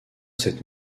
cette